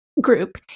group